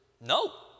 no